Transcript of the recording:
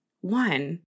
One